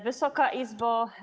Wysoka Izbo!